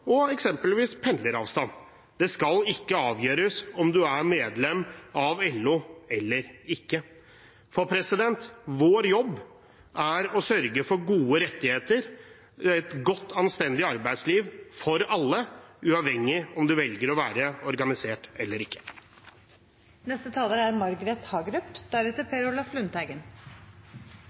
og eksempelvis pendleravstand. Det skal ikke avgjøres av om du er medlem av LO eller ikke. For vår jobb er å sørge for gode rettigheter og et godt, anstendig arbeidsliv for alle, uavhengig av om du velger å være organisert eller